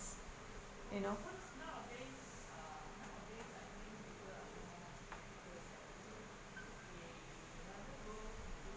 you know